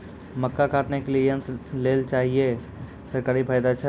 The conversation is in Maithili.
मक्का काटने के लिए यंत्र लेल चाहिए सरकारी फायदा छ?